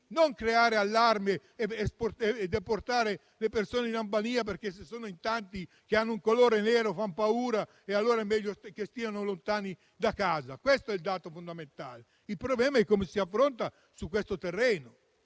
non creare allarme, che non deporti le persone in Albania perché, se sono tante e di colore nero, fanno paura ed allora è meglio che stiano lontane dall'Italia. Questo è il dato fondamentale ed il problema è come affrontarlo su questo terreno.